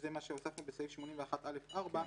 מה שהוספנו בסעיף 81א4,